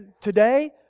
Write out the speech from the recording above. today